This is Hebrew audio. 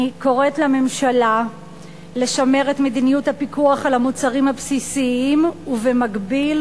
אני קוראת לממשלה לשמר את מדיניות הפיקוח על המוצרים הבסיסיים ובמקביל